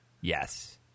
Yes